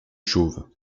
chauve